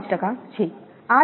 5 છે